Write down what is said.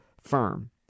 firm